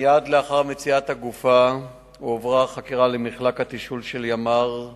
מייד לאחר מציאת הגופה הועברה החקירה למחלק התשאול של ימ"ר הגליל,